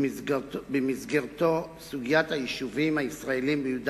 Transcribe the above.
שבמסגרתו סוגיית היישובים הישראליים ביהודה